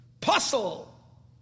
Puzzle